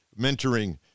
mentoring